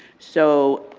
so,